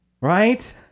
right